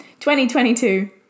2022